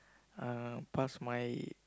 uh pass my